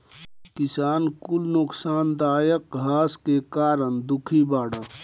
किसान कुल नोकसानदायक घास के कारण दुखी बाड़